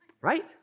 Right